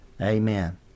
Amen